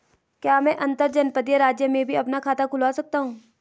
क्या मैं अंतर्जनपदीय राज्य में भी अपना खाता खुलवा सकता हूँ?